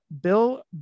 Bill